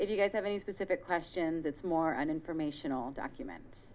if you guys have any specific questions it's more an informational document